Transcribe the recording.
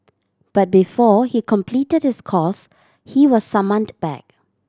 but before he completed his course he was summoned back